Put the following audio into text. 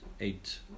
eight